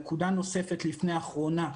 נקודה נוספת לפני אחרונה,